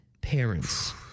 Parents